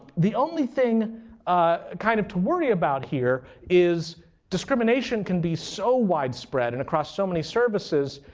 the only thing ah kind of to worry about here is discrimination can be so widespread and across so many services,